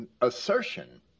assertion